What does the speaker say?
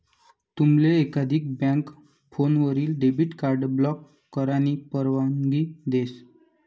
तुमले एकाधिक बँक फोनवरीन डेबिट कार्ड ब्लॉक करानी परवानगी देस